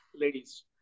ladies